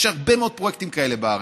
יש הרבה מאוד פרויקטים כאלה בארץ.